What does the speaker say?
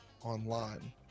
online